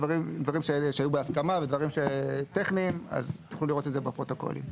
הדברים שהיו בהסכמה ודברים טכניים אז תוכלו לראות את זה בפרוטוקולים.